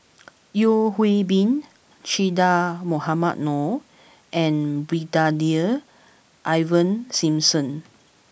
Yeo Hwee Bin Che Dah Mohamed Noor and Brigadier Ivan Simson